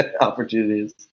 Opportunities